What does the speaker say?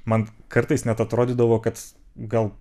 man kartais net atrodydavo kad gal